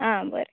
आ बरें